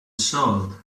sold